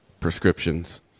prescriptions